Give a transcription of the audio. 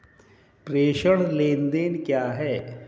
प्रेषण लेनदेन क्या है?